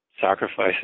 sacrifices